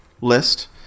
list